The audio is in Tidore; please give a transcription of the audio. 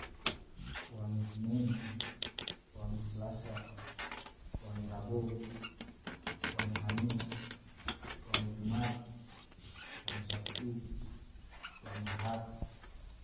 wange senen, wange salasa, wange rabo, wange hamis, wange jumat, wange sabtu, wange had.